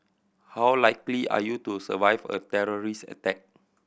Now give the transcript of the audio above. how likely are you to survive a terrorist attack